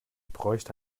bräuchte